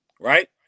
Right